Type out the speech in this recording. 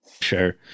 Sure